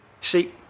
See